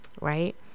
Right